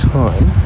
time